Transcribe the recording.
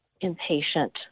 impatient